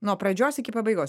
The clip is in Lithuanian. nuo pradžios iki pabaigos